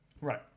Right